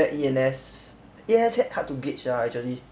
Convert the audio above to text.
E_N_S E_N_S h~ hard to gauge ah actually